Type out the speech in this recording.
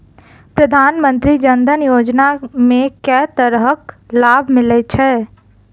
प्रधानमंत्री जनधन योजना मे केँ तरहक लाभ मिलय छै?